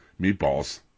Meatballs